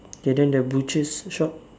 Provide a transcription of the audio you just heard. okay then the butchers shop